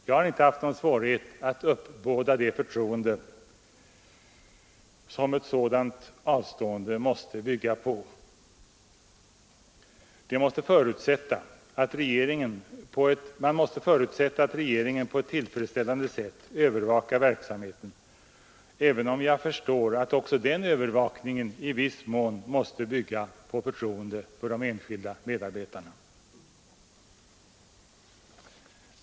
Jag har inte haft någon svårighet att uppbåda det förtroende som ett sådant avstående måste bygga på. Man kan säkert förutsätta att regeringen på ett tillfredsställande vis övervakar verksamheten, även om jag förstår att också den övervakningen i viss mån måste bygga på förtroende för de enskilda medarbetarna.